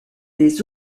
les